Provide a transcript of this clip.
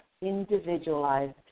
individualized